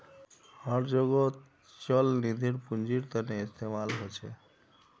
हर जोगोत चल निधिर पुन्जिर तने इस्तेमाल होचे